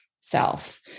self